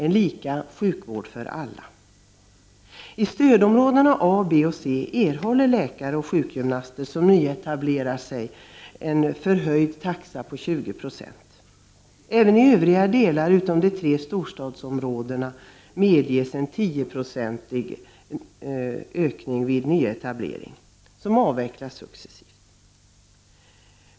En lika sjukvård för alla: I stödområdena A, B och C erhåller läkare och sjukgymnaster som etablerar sig en förhöjd taxa på 20 Zo. Även i övriga delar, utom de tre storstadsområdena, medges en 10-procentig ökning vid nyetablering, som avvecklas successivt.